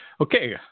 Okay